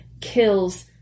kills